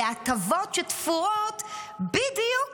להטבות שתפורות בדיוק